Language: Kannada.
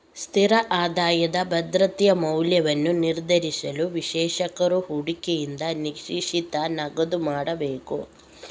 ಸ್ಥಿರ ಆದಾಯದ ಭದ್ರತೆಯ ಮೌಲ್ಯವನ್ನು ನಿರ್ಧರಿಸಲು, ವಿಶ್ಲೇಷಕರು ಹೂಡಿಕೆಯಿಂದ ನಿರೀಕ್ಷಿತ ನಗದು ಮಾಡಬೇಕು